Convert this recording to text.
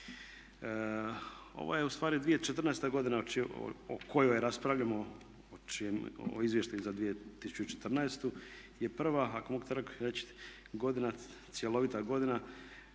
Ovo je u stvari 2014. godina o kojoj raspravljamo, o čijem o izvještaju za 2014. je prva ako mogu tako reći godina, cjelovita godina